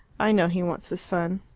i know he wants a son.